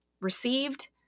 received